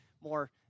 more